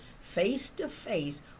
face-to-face